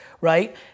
right